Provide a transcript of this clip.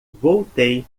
voltei